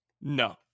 No